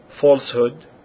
falsehood